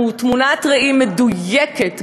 הוא תמונת ראי מדויקת,